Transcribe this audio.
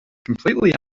completely